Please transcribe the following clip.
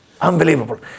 unbelievable